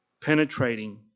penetrating